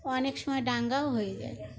অনেক সময় দাঙ্গাও হয়ে যায়